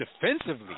defensively